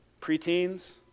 Preteens